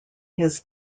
his